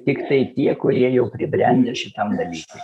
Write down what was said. tiktai tie kurie jau pribrendę šitam dalykui